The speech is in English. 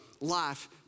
life